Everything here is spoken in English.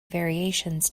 variations